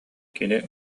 кини